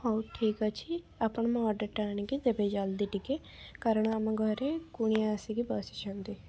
ହଉ ଠିକ୍ ଅଛି ଆପଣ ମୋ ଅର୍ଡ଼ରଟା ଆଣିକି ଦେବେ ଜଲଦି ଟିକିଏ କାରଣ ଆମ ଘରେ କୁଣିଆ ଆସିକି ବସିଛନ୍ତି